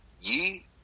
ye